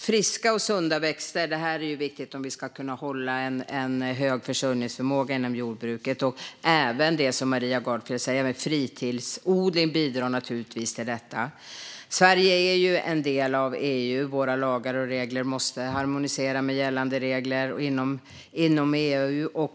Friska och sunda växter är viktigt om vi ska kunna hålla en hög försörjningsförmåga inom jordbruket. Även fritidsodlingen bidrar naturligtvis till detta, precis som Maria Gardfjell säger. Sverige är ju en del av EU. Våra lagar och regler måste harmoniera med gällande regler inom EU.